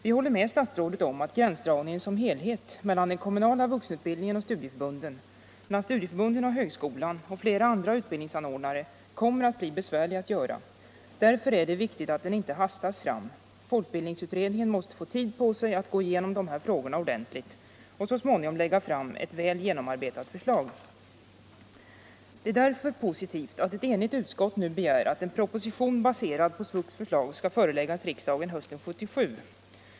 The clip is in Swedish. Vi håller med statsrådet om att gränsdragningen som helhet mellan den kommunala vuxenutbildningen och studieförbunden, mellan studieförbunden och högskolan och flera andra utbildningsanordnare kommer att bli besvärlig att göra. Därför är det viktigt att den inte hastas fram. Folkbildningsutredningen måste få tid på sig att gå igenom de här frågorna ordentligt och så småningom lägga fram ett väl genomarbetat förslag. Det är därför positivt att ett enigt utskott nu begär att en proposition baserad på SVUX:s förslag skall föreläggas riksdagen hösten 1977.